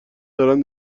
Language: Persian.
دارن